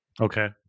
okay